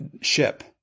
ship